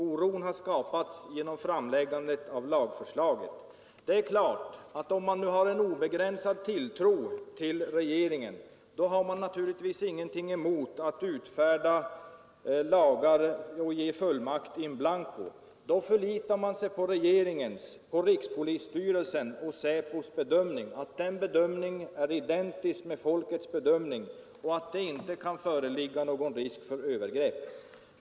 Oron har skapats genom framläggande av lagförslaget. Det är klart att om man nu har en obegränsad tilltro till regeringen, har man naturligtvis ingenting emot att utfärda lagar och ge fullmakt in blanko. Då förlitar man sig på regeringens, på rikspolisstyrelsens och på SÄPO:s bedömning, att den bedömningen är identisk med folkets bedömning och att det inte kan föreligga någon risk för övergrepp.